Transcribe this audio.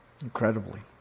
Incredibly